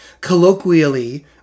Colloquially